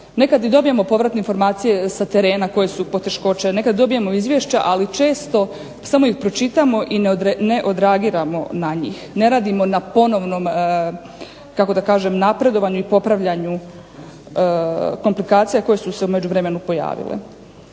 Nekad i dobijemo povratne informacije sa terena koje su poteškoće, nekad dobijemo izvješća, ali često samo ih pročitamo i ne odreagiramo na njih, ne radimo na ponovnom, kako da kažem, napredovanju i popravljanju komplikacija koje su se u međuvremenu pojavile.